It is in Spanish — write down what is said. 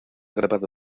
grabado